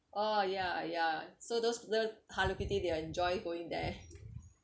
oh yeah yeah so those those hello kitty they'll enjoy going there